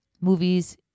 movies